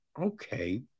Okay